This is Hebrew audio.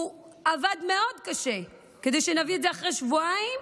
הוא עבד מאוד קשה כדי שנביא את זה אחרי שבועיים,